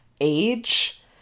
age